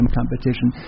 competition